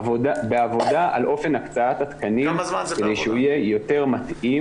--- בעבודה על אופן הקצאת התקנים כדי שהוא יהיה יותר מתאים